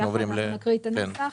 נקריא את הנוסח.